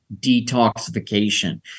detoxification